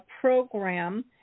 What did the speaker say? program